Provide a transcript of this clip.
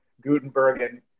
gutenberg